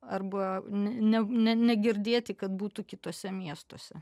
arba nene negirdėti kad būtų kituose miestuose